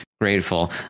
grateful